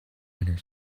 winter